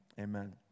amen